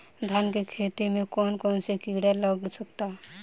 धान के खेती में कौन कौन से किड़ा लग सकता?